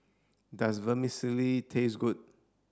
does Vermicelli taste good